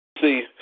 See